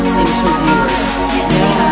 interviewers